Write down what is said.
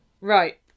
Right